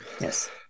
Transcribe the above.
yes